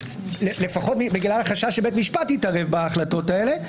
לפחות בגלל החשש שבית המשפט יתערב בהחלטות האלה.